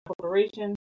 corporation